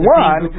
one